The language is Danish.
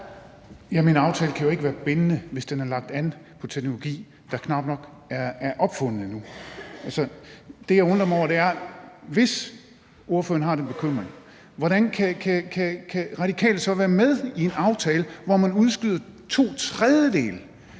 Jamen en aftale kan jo ikke være bindende, hvis den er lagt an på teknologi, der knap nok er opfundet endnu. Det, jeg undrer mig over, er: Hvis ordføreren har den bekymring, hvordan kan Radikale så være med i en aftale, hvor man udskyder to tredjedele